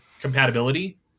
compatibility